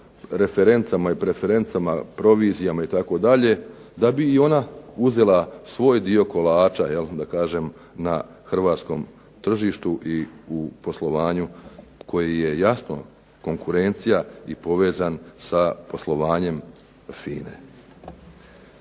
referencama i preferencama, provizijama itd. da bi i ona uzela svoj dio kolača, jel' da kažem na hrvatskom tržištu i u poslovanju koje je jasno konkurencija i povezan sa poslovanjem FINA-e.